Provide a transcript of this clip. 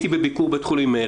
הייתי בביקור בבית חולים מאיר,